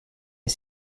est